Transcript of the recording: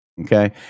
Okay